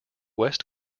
west